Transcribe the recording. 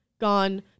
gone